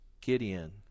Gideon